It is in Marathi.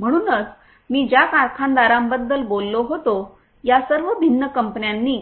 म्हणूनच मी ज्या कारखानदारांबद्दल बोललो होतो त्या सर्व भिन्न